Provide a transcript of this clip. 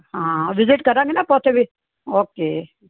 ਹਾਂ ਵਿਜ਼ਿਟ ਕਰਾਂਗੇ ਨਾ ਆਪਾਂ ਉੱਥੇ ਵੀ ਓਕੇ